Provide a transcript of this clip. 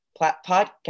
podcast